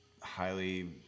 highly